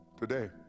today